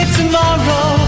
tomorrow